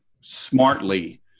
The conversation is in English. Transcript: smartly